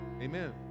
Amen